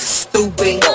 stupid